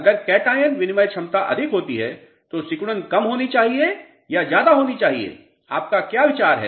अगर कैटायन विनिमय क्षमता अधिक होती है तो सिकुड़न कम होनी चाहिए या ज्यादा होनी चाहिए आपका क्या विचार है